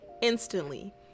instantly